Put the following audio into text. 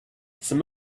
some